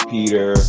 Peter